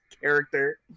character